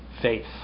faith